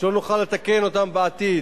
שלא נוכל לתקן אותם בעתיד.